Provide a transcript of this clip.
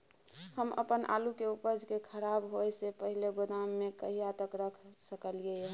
हम अपन आलू के उपज के खराब होय से पहिले गोदाम में कहिया तक रख सकलियै हन?